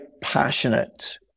passionate